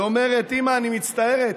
היא אומרת: אימא, אני מצטערת,